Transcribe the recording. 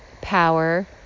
power